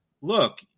Look